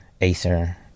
Acer